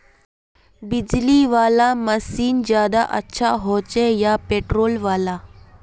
बिजली वाला मशीन ज्यादा अच्छा होचे या पेट्रोल वाला?